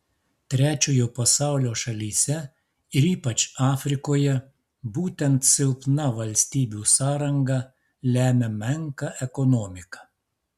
trečiojo pasaulio šalyse ir ypač afrikoje būtent silpna valstybių sąranga lemia menką ekonomiką